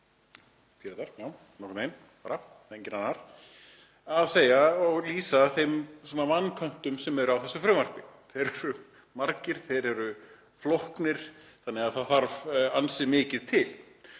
annar, að lýsa þeim vanköntum sem eru á frumvarpinu. Þeir eru margir, þeir eru flóknir þannig að það þarf ansi mikið til.